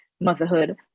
motherhood